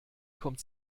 kommt